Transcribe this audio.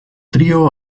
trio